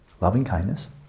loving-kindness